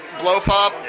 blow-pop